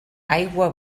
aigua